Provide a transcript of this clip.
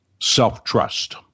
self-trust